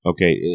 Okay